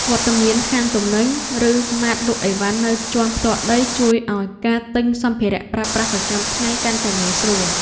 វត្តមានហាងទំនិញ ឬម៉ាតលក់អីវ៉ាន់នៅជាន់ផ្ទាល់ដីជួយឱ្យការទិញសម្ភារប្រើប្រាស់ប្រចាំថ្ងៃកាន់តែងាយស្រួល។